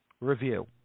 Review